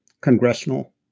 congressional